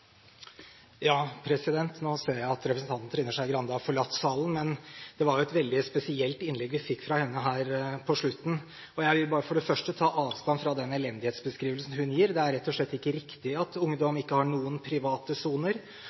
Nå ser jeg at representanten Trine Skei Grande har forlatt salen, men det var et veldig spesielt innlegg vi fikk fra henne her på slutten. Jeg vil for det første ta avstand fra den elendighetsbeskrivelsen hun gir. Det er rett og slett ikke riktig at ungdom ikke har noen private soner.